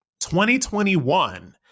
2021